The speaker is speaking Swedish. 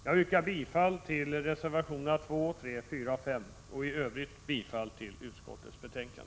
Jag yrkar bifall till reservationerna 2, 3, 4 och 5 och i övrigt till utskottets hemställan.